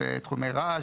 בתחומי רעש,